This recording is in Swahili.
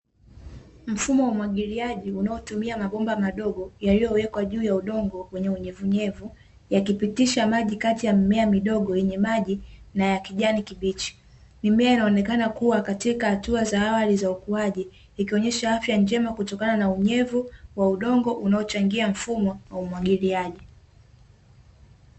Mfumo wa umwagiliaji unaotumia mabomba madogo yaliyowekwa juu ya udongo wenye unyevuunyevu, yakipitisha maji kati ya mmea midogo yenye maji na ya kijani kibichi. Mimea inaonekana kuwa katika hatua za awali za ukuaji, ikionyesha afya njema kutokana na unyevu wa udongo unaochangia mfumo wa umwagiliaji.